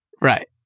Right